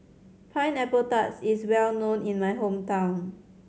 Pineapple Tart is well known in my hometown